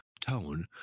Tone